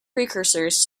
precursors